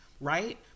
right